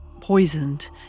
poisoned